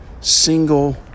single